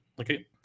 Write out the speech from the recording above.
okay